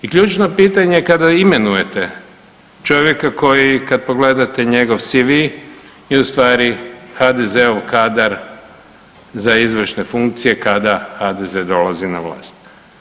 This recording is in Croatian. I ključno je pitanje kada imenujete čovjeka koji kad pogledate njegov CV je u stvari HDZ-ov kadar za izvršne funkcije kada HDZ dolazi na vlast.